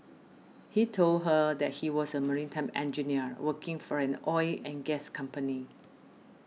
he told her that he was a maritime engineer working for an oil and gas company